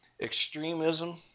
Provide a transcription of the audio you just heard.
extremism